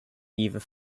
either